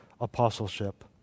apostleship